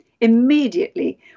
Immediately